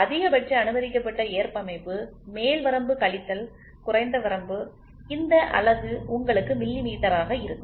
அதிகபட்ச அனுமதிக்கப்பட்ட ஏற்பமைவு மேல் வரம்பு கழித்தல் குறைந்த வரம்பு இந்த அலகு உங்களுக்கு மில்லிமீட்டராக இருக்கும்